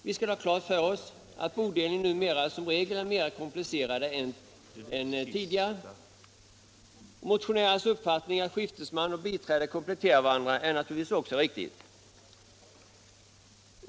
Vi skall ha klart för oss att bodelningar numera som regel är mera komplicerade än tidigare. Motionärernas uppfattning att skiftesman och biträde kompletterar varandra är naturligtvis riktig.